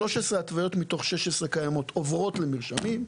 קיימות 13 התוויות מתוך 16 עוברות למרשמים,